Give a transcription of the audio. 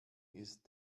ist